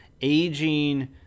aging